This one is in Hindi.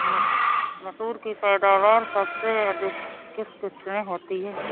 मसूर की पैदावार सबसे अधिक किस किश्त में होती है?